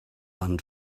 and